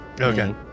Okay